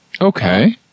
Okay